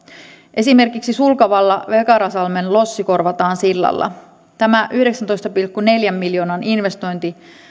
esimerkiksi sulkavalla vekarasalmen lossi korvataan sillalla tämä yhdeksäntoista pilkku neljän miljoonan investointi